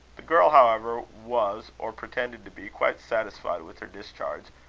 the girl, however, was, or pretended to be, quite satisfied with her discharge,